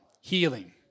healing